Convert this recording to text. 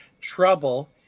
trouble